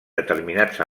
determinats